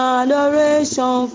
adoration